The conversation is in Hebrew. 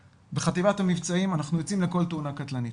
בחטיבת המבצעים אנחנו יוצאים לכל תאונה קטלנית.